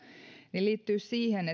liittyy siihen